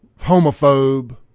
homophobe